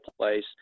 Place